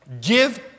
give